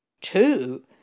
two